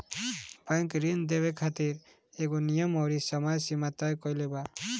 bank ऋण देवे खातिर एगो नियम अउरी समय सीमा तय कईले बा